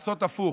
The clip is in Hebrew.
הפוך.